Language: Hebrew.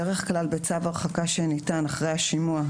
בדרך כלל בצו הרחקה שניתן אחרי השימוע,